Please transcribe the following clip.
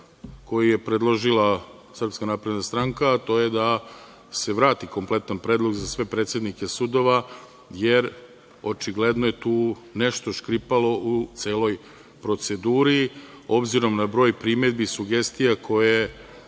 koji je predložila SNS, a to je da se vrati kompletan predlog za sve predsednike sudova, jer očigledno je tu nešto škripalo u celoj proceduri. S obzirom na broj primedbi i sugestija koje